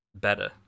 better